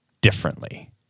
differently